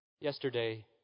Yesterday